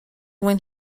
when